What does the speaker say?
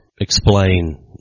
explain